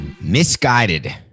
Misguided